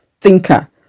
thinker